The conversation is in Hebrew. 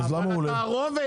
למה הוא עולה?